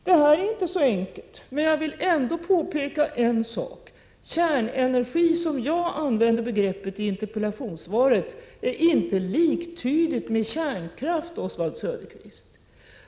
Detta är inte så enkelt, men jag vill ändå påpeka att ”kärnenergi”, såsom jag använder begreppet i interpellationssvaret, inte är liktydigt med ”kärnkraft”, Oswald Söderqvist.